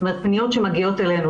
זאת אומרת, פניות שמגיעות אלינו.